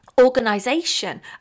organization